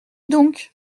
donc